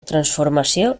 transformació